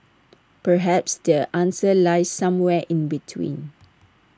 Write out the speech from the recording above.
perhaps the answer lies somewhere in between